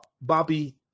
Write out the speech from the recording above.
bobby